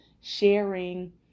sharing